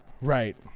Right